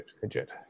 Fidget